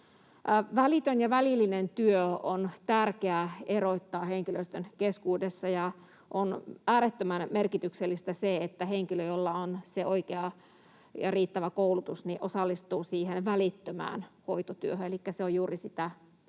Välitön ja välillinen työ on tärkeä erottaa henkilöstön keskuudessa. On äärettömän merkityksellistä se, että henkilö, jolla on se oikea ja riittävä koulutus, osallistuu siihen välittömään hoitotyöhön, elikkä se on juuri sitä